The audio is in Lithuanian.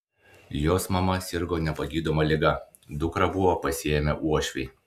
jos mama sirgo nepagydoma liga dukrą buvo pasiėmę uošviai